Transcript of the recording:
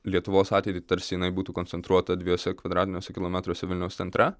lietuvos ateitį tarsi jinai būtų koncentruota dviejuose kvadratiniuose kilometruose vilniaus centre